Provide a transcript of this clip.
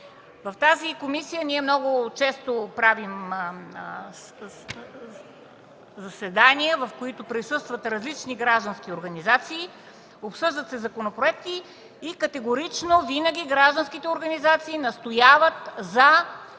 В тази комисия ние много често правим заседания, в които присъстват различни граждански организации, обсъждат се законопроекти и категорично винаги гражданските организации настояват за